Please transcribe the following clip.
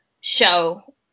show